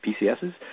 PCSs